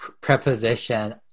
preposition